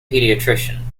paediatrician